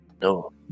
No